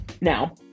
Now